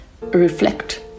reflect